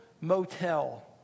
motel